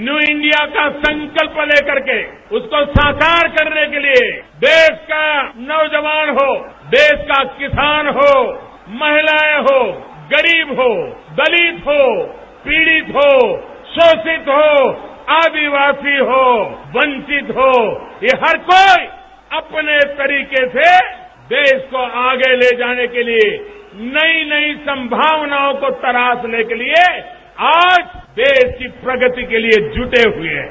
new India का संकल्प लेकर के उसको साकार करने के लिए देश का नौजवान हो देश का किसान हो महिलाएं हो गरीब हो दलित हो पीडित हो शोषित हो आदिवासी हो वंचित हो ये हर कोई अपने तरीके से देश को आगे ले जाने के लिए नई नई संभावनाओं को तलाशने के लिए आज देश की प्रगति के लिए जुटे हुए हैं